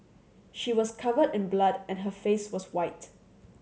she was covered in blood and her face was white